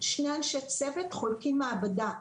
שני אנשי צוות חולקים מעבדה,